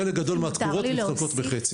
חלק גדול מהתקורות מתחלקות בחצי.